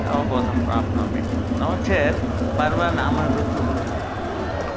अवबोधं प्राप्नोमि नो चेत् पर्वं नाम ऋतुः इति भवितुमर्हति